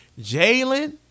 Jalen